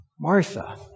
Martha